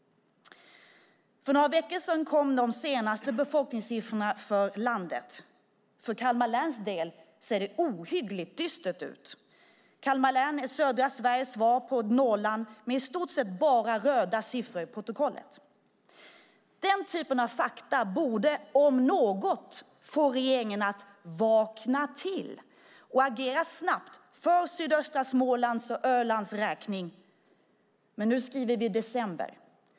För några veckor sedan kom de senaste befolkningssiffrorna för landet. För Kalmar läns del ser det ohyggligt dystert ut. Kalmar län är södra Sveriges svar på Norrland med i stort sett bara röda siffror i protokollet. Den typen av fakta, om något, borde få regeringen att vakna till och agera snabbt för sydöstra Smålands och Ölands räkning. Men nu skriver vi december.